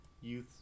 youth